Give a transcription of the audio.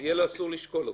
יהיה לו אסור לשקול אותו.